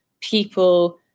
people